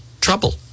trouble